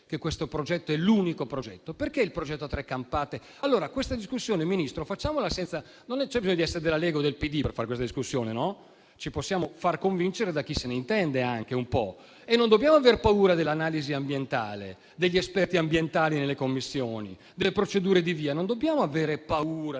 non dobbiamo aver paura dell'analisi ambientale e degli esperti ambientali nelle commissioni, delle procedure di VIA. Non dobbiamo avere paura